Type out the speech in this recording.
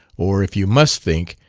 or, if you must think,